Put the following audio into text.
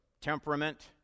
Temperament